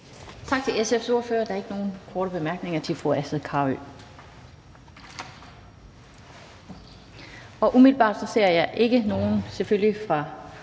Tak til SF's ordfører. Der er ikke nogen korte bemærkninger til fru Astrid Carøe. Jeg ser selvfølgelig ikke nogen fra